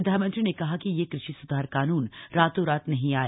प्रधानमंत्री ने कहा कि ये कृषि सुधार कानून रातों रात नहीं आए